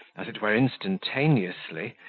as it were instantaneously,